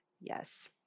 Yes